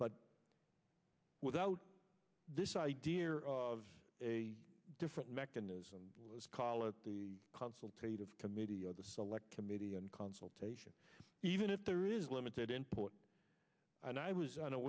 but without this idea of a different mechanism let's call it the consultation of committee or the select committee on consultation even if there is limited input and i was